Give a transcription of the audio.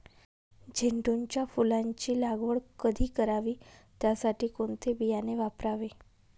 झेंडूच्या फुलांची लागवड कधी करावी? त्यासाठी कोणते बियाणे वापरावे?